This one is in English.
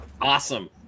Awesome